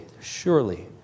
surely